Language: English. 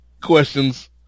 questions